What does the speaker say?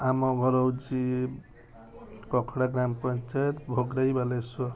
ଆମ ଘର ହେଉଛି କଖଡ଼ା ଗ୍ରାମ ପଞ୍ଚାୟତ ଭୋଗରାଇ ବାଲେଶ୍ୱର